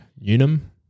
Unum